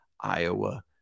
Iowa